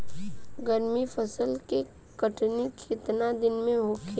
गर्मा फसल के कटनी केतना दिन में होखे?